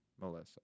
Melissa